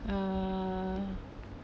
uh